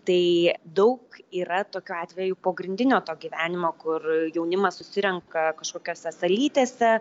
tai daug yra tokiu atveju pogrindinio to gyvenimo kur jaunimas susirenka kažkokiose salytėse